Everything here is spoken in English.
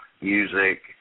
Music